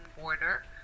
border